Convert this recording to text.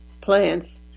plants